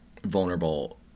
Vulnerable